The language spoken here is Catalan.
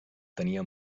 tenia